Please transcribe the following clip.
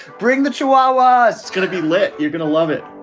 bring the chihuahua. it's gonna be lit. you're gonna love it